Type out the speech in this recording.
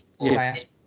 Yes